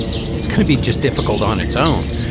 it's going to be just difficult on its own.